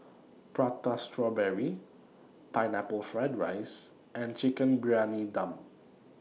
Prata Strawberry Pineapple Fried Rice and Chicken Briyani Dum